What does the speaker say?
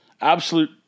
Absolute